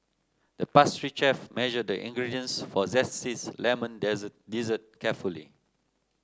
the pastry chef measured the ingredients for zesty lemon dessert carefully